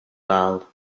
lal